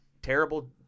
terrible